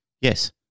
Yes